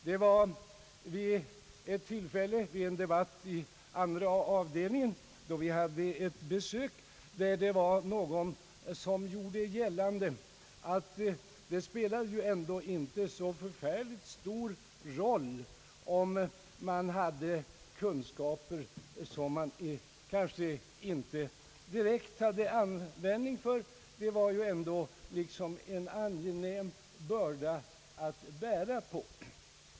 Det var vid ett tillfälle en debatt i andra avdelningen, då vi hade ett besök av någon som gjorde gällande, att det ju inte spelar så förfärligt stor roll om man har kunskaper som man kanske inte har direkt användning för — det var ju ändå liksom en angenäm börda att bära på.